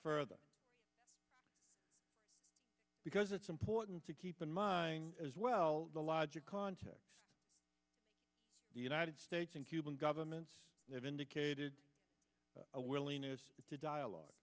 further because it's important to keep in mind as well the logic context the united states and cuban governments have indicated a willingness to dialogue